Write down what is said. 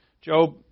Job